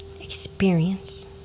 experience